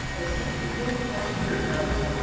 it's taken twenty plus years. now, listen.